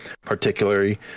particularly